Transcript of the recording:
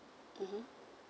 mmhmm